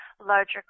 larger